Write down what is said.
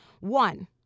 One